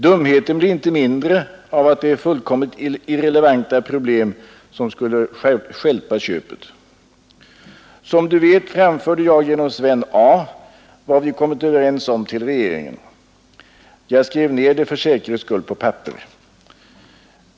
Dumheten blir inte mindre av att det är fullkomligt irrelevanta problem som skulle stjälpa köpet. Som Du vet framförde jag vad vi kommit överens om till regeringen. Jag skrev ned det för säkerhets skull på papper.